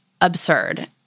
absurd